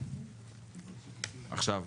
עכשיו,